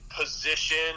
position